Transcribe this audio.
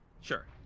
Sure